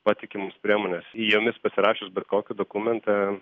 patikimos priemonės jomis pasirašius bet kokį dokumentą